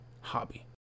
hobby